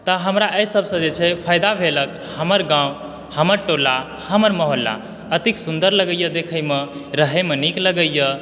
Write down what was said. तऽ हमरा एहिसभसँ जे छै फायदा भेल हँ हमर गाँव हमर टोला हमर मोहल्ला अधिक सुन्दर लगयए देखयमे रहयमे नीक लगयए